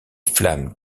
flammes